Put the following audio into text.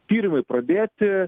tyrimai pradėti